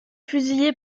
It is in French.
fusillé